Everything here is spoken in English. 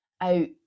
out